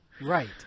Right